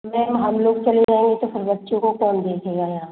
ma'am हम लोग चले जाएंगे तो फिर बच्चों को कौन देखेगा यहाँ